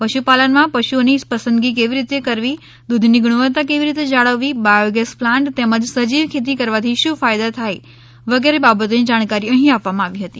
પશુપાલનમાં પશુઓની પસંદગી કેવી રીતે કરવી દૂધની ગુણવત્તા કેવી રીતે જાળવવી બાયોગેસ પ્લાન્ટ તેમજ સજીવ ખેતી કરવાથી શું ફાયદા થાય વગેરે બાબતોની જાણકારી અહી આપવામાં આવી હતી